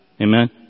Amen